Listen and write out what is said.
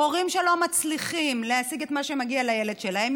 הורים שלא מצליחים להשיג את מה שמגיע לילד שלהם,